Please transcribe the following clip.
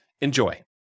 Enjoy